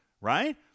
right